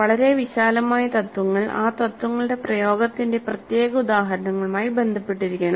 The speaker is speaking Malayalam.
വളരെ വിശാലമായ തത്ത്വങ്ങൾ ആ തത്ത്വങ്ങളുടെ പ്രയോഗത്തിന്റെ പ്രത്യേക ഉദാഹരണങ്ങളുമായി ബന്ധപ്പെട്ടിരിക്കണം